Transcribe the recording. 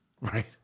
Right